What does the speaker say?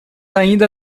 ainda